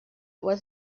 was